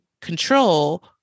control